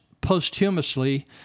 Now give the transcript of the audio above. posthumously